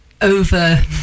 over